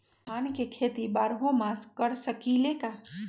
धान के खेती बारहों मास कर सकीले का?